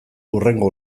hurrengo